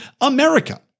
America